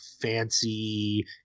fancy